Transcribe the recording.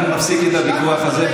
אנחנו נפסיק את הוויכוח הזה.